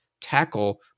tackle